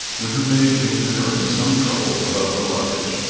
when her maid came to her in some trouble about the luggage,